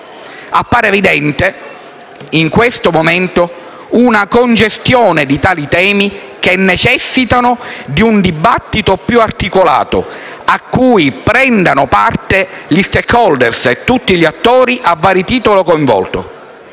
Appare evidente, in questo momento, una congestione di tali temi che necessitano di un dibattito più articolato a cui prendano parte gli *stakeholder* e tutti gli attori a vario titolo coinvolti.